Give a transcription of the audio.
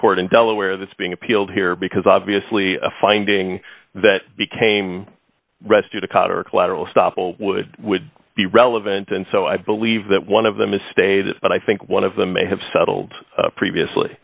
court in delaware that's being appealed here because obviously a finding that became rested a cot or collateral estoppel would would be relevant and so i believe that one of them is stated but i think one of them may have settled previously